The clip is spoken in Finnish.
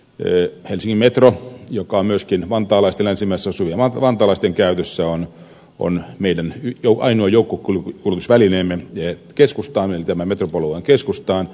esimerkiksi helsingin metro joka on myöskin länsimäessä asuvien vantaalaisten käytössä on meidän owain on joku kun uutisvälineenä ja keskusta ainoa joukkokuljetusvälineemme metropolialueen keskustaan